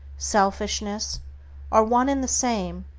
selfishness are one and the same,